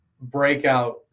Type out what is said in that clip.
breakout